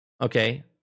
okay